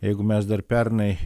jeigu mes dar pernai